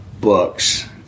books